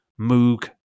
Moog